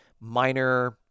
minor